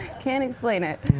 can't explain it.